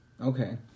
Okay